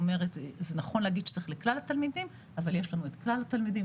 זה נכון להגיד שצריך לכלל התלמידים אבל יש לנו את כלל התלמידים,